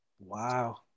Wow